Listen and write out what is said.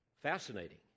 Fascinating